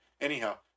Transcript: Anyhow